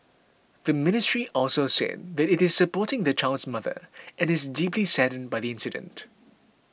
the Ministry also said that it is supporting the child's mother and is deeply saddened by the incident